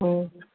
ꯎꯝ